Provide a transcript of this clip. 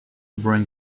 bring